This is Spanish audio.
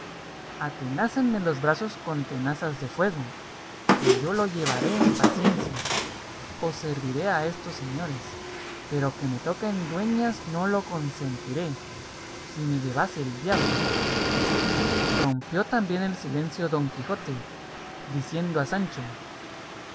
dagas buidas atenácenme los brazos con tenazas de fuego que yo lo llevaré en paciencia o serviré a estos señores pero que me toquen dueñas no lo consentiré si me llevase el diablo rompió también el silencio don quijote diciendo a sancho